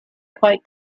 quite